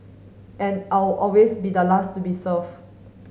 and I'll always be the last to be served